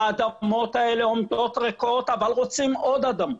האדמות האלה עומדות ריקות אבל רוצים עוד אדמות,